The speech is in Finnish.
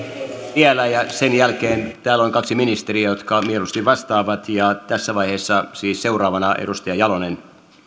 vielä ja sen jälkeen täällä on kaksi ministeriä jotka mieluusti vastaavat tässä vaiheessa siis seuraavana edustaja jalonen arvoisa